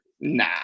Nah